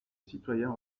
citoyen